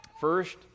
First